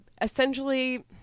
essentially